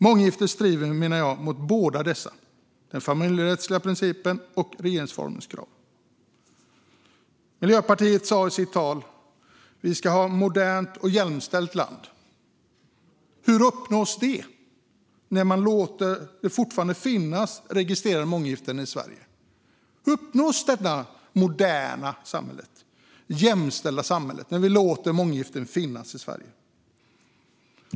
Månggifte strider, menar jag, mot båda dessa: den familjerättsliga principen och regeringsformens krav. Miljöpartiet sa i sitt tal: Vi ska ha ett modernt och jämställt land. Hur uppnås det när man fortfarande låter det finnas registrerade månggiften i Sverige? Uppnås detta moderna och jämställda samhälle när vi låter månggiften finnas i Sverige?